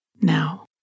Now